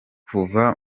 kuva